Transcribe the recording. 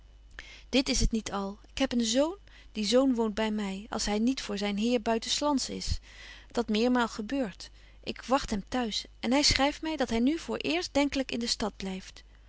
dit is t niet al ik heb een zoon die zoon woont by my als hy niet voor zyn heer buiten's lands is dat meermaal gebeurt ik wagt hem t'huis en hy schryft my dat hy nu voor eerst denkelyk in de stad blyft